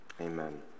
amen